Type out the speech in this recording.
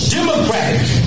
Democratic